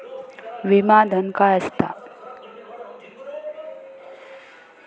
विमा धन काय असता?